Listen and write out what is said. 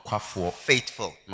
faithful